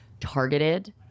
targeted